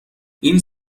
این